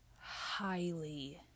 highly